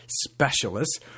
Specialists